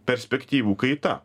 perspektyvų kaita